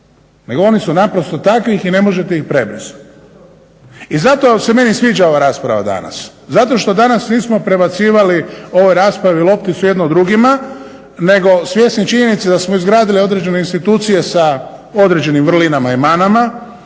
nego oni su naprosto takvi i ne možete ih prebrisati. I zato se meni sviđa ova rasprava danas, zato što danas nismo prebacivali u ovoj raspravi lopticu jedni drugima nego svjesni činjenice da smo izgradili određene institucije sa određenim vrlinama i manama